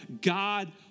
God